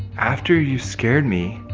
after you scared me